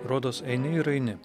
rodos eini ir eini